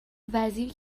وزیر